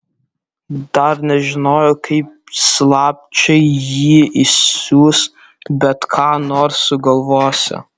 dar nežinojo kaip slapčia jį išsiųs bet ką nors sugalvosią